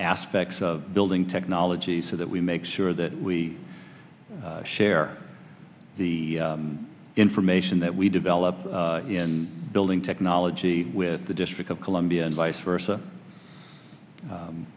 aspects of building technology so that we make sure that we share the information that we develop in building technology with the district of columbia and vice versa